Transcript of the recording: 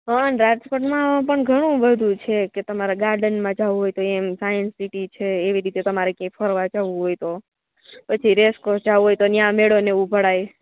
હા રાજકોટમાં પણ ઘણું બધું છે કે તમારે ગાર્ડનમાં જવું હોય તો એમ સાયન્સ સીટી છે એવી રીતે તમારે ક્યાંય ફરવા જવું હોય તો પછી રેસકોર્સ જવું હોય તો ત્યાં મેળો ને એવું ભરાય